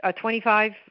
twenty-five